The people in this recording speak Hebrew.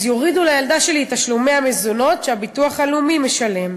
אז יורידו לילדה שלי את תשלומי המזונות שהביטוח הלאומי משלם.